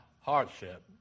hardship